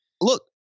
look